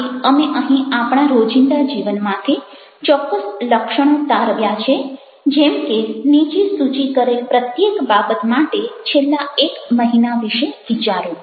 આથી અમે અહીં આપણા રોજિંદા જીવનમાંથી ચોક્કસ લક્ષણો તારવ્યા છે જેમ કે નીચે સૂચિ કરેલ પ્રત્યેક બાબત માટે છેલ્લા એક મહિના વિશે વિચારો